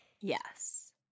Yes